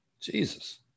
Jesus